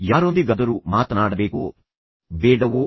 ಯಾರೊಂದಿಗಾದರೂ ಮಾತನಾಡಬೇಕೋ ಬೇಡವೋ